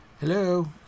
Hello